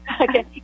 Okay